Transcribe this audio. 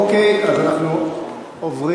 אוקיי, אז אנחנו עוברים,